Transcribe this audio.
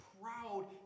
Proud